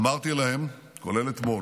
אמרתי להם, כולל אתמול: